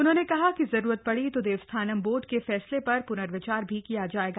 उन्होंने कहा कि जरूरत पड़ी तो देवस्थानम बोर्ड के फैसले पर पूनर्विचार भी किया जाएगा